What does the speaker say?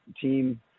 team